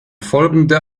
folgende